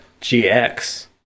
GX